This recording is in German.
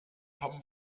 haben